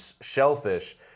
shellfish